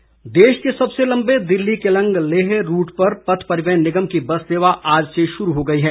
Leh bus सेवा देश के सबसे लम्बे दिल्ली केलंग लेह रूट पर पथ परिवहन निगम की बस सेवा आज से शुरू हो गई है